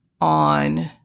on